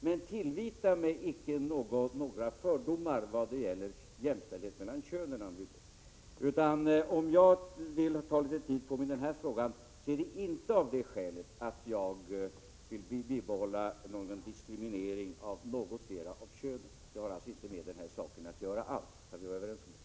Men tillvita mig icke några fördomar vad gäller jämställdhet mellan könen, Anne Wibble! Om jag vill ta litet tid på mig i den här frågan, är det inte av det skälet att jag vill bibehålla någon diskriminering av någotdera av könen. Det har inte med den här saken att göra alls. Kan vi vara överens om det?